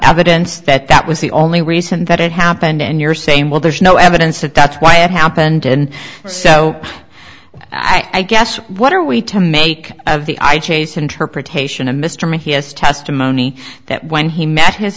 evidence that that was the only reason that it happened and you're saying well there's no evidence that that's why it happened so i guess what are we to make of the i chase interpretation of mr may he has testimony that when he met h